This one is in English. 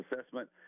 assessment